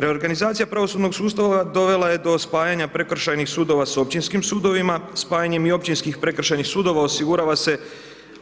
Reorganizacija pravosudnog sustava dovela je do spajanja prekršajnih sudova sa općinskim sudovima, spajanjem i općinskih prekršajnih sudova osigurava se